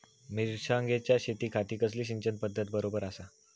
मिर्षागेंच्या शेतीखाती कसली सिंचन पध्दत बरोबर आसा?